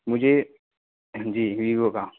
مجھے جی ویوو کا